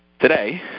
Today